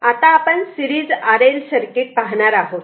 आता आपण series R L circuit पाहणार आहोत